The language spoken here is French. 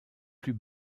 plus